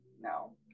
No